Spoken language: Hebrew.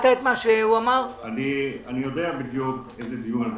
אני יודע באיזה דיון אנחנו,